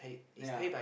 ya